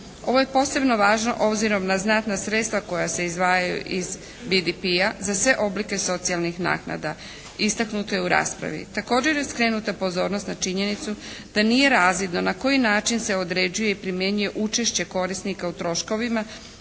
Ovo je posebno važno obzirom na znatna sredstva koja se izdvajaju iz BDP-a za sve oblike socijalnih naknada, istaknuto je u raspravi. Također je skrenuta pozornost na činjenicu da nije razvidno na koji način se određuje i primjenjuje učešće korisnika u troškovima